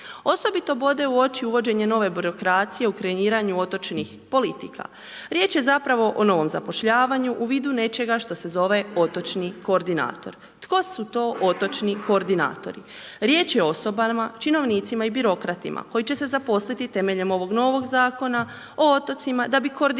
Osobito bode u oči uvođenje nove birokracije u kreiranju otočnih politika. Riječ je zapravo o novom zapošljavanju u vidu nečega što se zove otočni koordinator. Tko su to otočni koordinatori? Riječ je osobama, činovnicima i birokratima koji će se zaposliti temeljem ovog novog Zakona o otocima da bi koordinirali